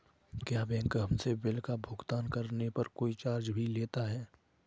क्या बैंक हमसे बिल का भुगतान करने पर कोई चार्ज भी लेता है?